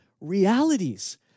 realities